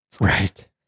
Right